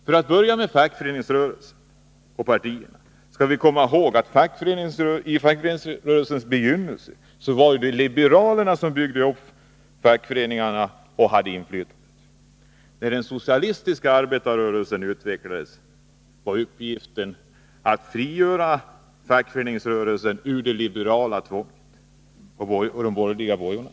För att börja med fackföreningsrörelsen och partierna skall vi komma ihåg att i fackföreningsrörelsens begynnelse var det liberalerna som byggde upp fackföreningarna och hade inflytandet. När den socialistiska arbetarrörelsen utvecklades, var en av uppgifterna att frigöra fackföreningsrörelsen ur de liberala, dvs. de borgerliga, bojorna.